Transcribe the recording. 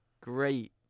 great